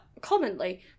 commonly